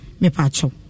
Mepacho